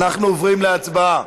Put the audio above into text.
אנחנו עוברים להצבעה.